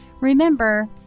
Remember